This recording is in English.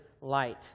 light